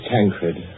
Tancred